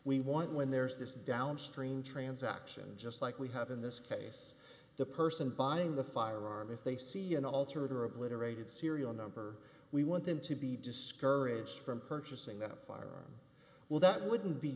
we want when there's this downstream transaction just like we have in this case the person buying the firearm if they see an altered or obliterated serial number we want them to be discouraged from purchasing that firearm well that wouldn't be